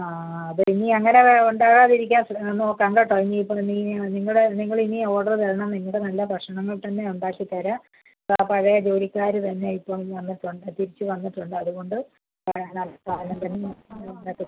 ആ അത് ഇനി അങ്ങനെ ഉണ്ടാകാതിരിക്കാൻ നോക്കാം കേട്ടോ ഇനി ഇപ്പോൾ നീ നിങ്ങളെ നിങ്ങൾ ഇനി ഓർഡറ് തരണം നിങ്ങളുടെ നല്ല ഭക്ഷണം തന്നെ ഉണ്ടാക്കി തരാം ആ പഴയ ജോലിക്കാർ തന്നെ ഇപ്പം വന്നിട്ടുണ്ട് തിരിച്ച് വന്നിട്ടുണ്ട് അതുകൊണ്ട് ആ നല്ല സാധനം തന്നെ